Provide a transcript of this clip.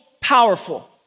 powerful